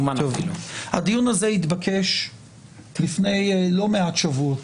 הדיון הזה התבקש לפני לא מעט שבועות,